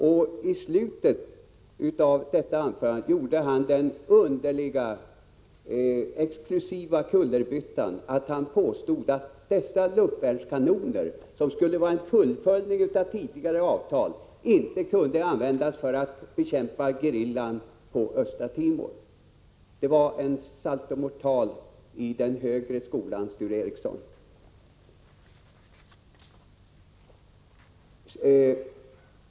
Och i slutet av detta anförande gjorde han den underliga kullerbyttan att påstå att dessa luftvärnskanoner, som skulle vara ett fullföljande av tidigare avtal, inte kunde användas för att bekämpa gerillan i Östra Timor. Det var en saltomortal i den högre skolan, Sture Ericson.